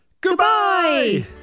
goodbye